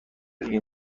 این